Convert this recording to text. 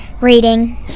Reading